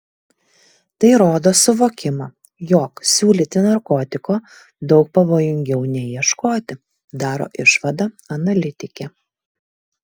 tai rodo suvokimą jog siūlyti narkotiko daug pavojingiau nei ieškoti daro išvadą analitikė